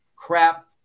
Crap